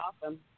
awesome